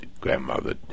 grandmother